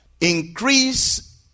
increase